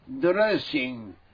dressing